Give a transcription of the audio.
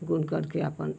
बुनकर के आपन